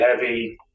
heavy